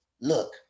look